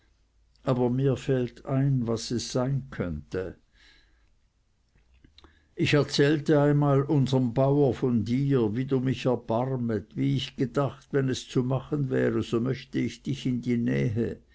aber mir fällt ein was es sein könnte ich erzählte einmal unserm bauer von dir wie du mich erbarmet wie ich gedacht wenn es zu machen wäre so möchte ich dich in die nähe